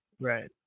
right